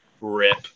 RIP